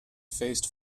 faced